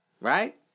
Right